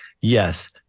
yes